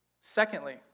Secondly